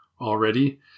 already